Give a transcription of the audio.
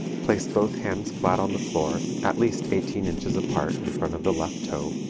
place both hands flat on the floor at least eighteen inches apart in front of the left toe,